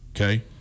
okay